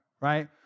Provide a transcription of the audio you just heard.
right